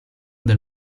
del